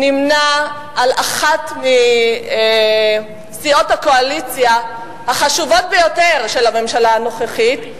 שנמנה עם אחת מסיעות הקואליציה החשובות ביותר של הממשלה הנוכחית,